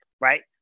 right